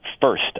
first